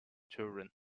children